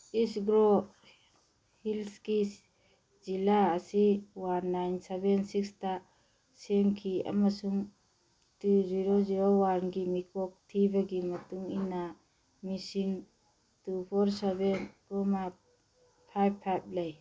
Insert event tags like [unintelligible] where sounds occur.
ꯏꯁ ꯒ꯭ꯔꯣ ꯍꯤꯜꯁꯀꯤ ꯖꯤꯂꯥ ꯑꯁꯤ ꯋꯥꯟ ꯅꯥꯏꯟ ꯁꯚꯦꯟ ꯁꯤꯛꯁꯇ ꯁꯦꯝꯈꯤ ꯑꯃꯁꯨꯡ ꯇꯨ ꯖꯤꯔꯣ ꯖꯤꯔꯣ ꯋꯥꯟꯒꯤ ꯃꯤꯀꯣꯛ ꯊꯤꯕꯒꯤ ꯃꯇꯨꯡ ꯏꯟꯅ ꯃꯤꯁꯤꯡ two four seven [unintelligible] five five ꯂꯩ